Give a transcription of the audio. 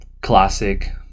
classic